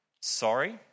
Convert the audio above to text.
Sorry